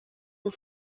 ont